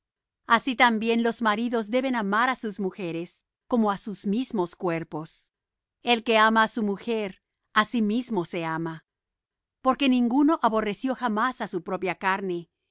así también los maridos deben amar á sus mujeres como á sus mismos cuerpos el que ama á su mujer á sí mismo se ama porque ninguno aborreció jamás á su propia carne